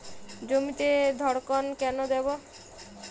জমিতে ধড়কন কেন দেবো?